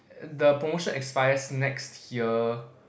the promotion expires next year